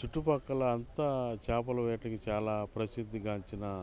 చుట్టుపక్కల అంతా చాపల వేటకి చాలా ప్రసిద్ధిగాంచిన